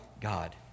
God